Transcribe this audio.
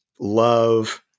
love